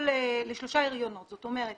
לשלושה הריונות, זאת אומרת